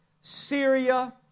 Syria